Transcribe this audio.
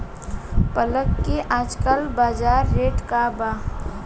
पालक के आजकल बजार रेट का बा?